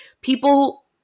people